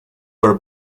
were